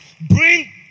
bring